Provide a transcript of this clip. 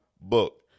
book